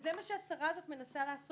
וזה מה שהשרה הזאת מנסה לעשות.